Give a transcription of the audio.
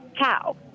cow